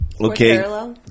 Okay